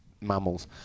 mammals